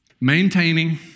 maintaining